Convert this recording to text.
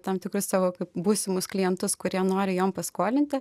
tam tikrus savo kaip būsimus klientus kurie nori jom paskolinti